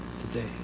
today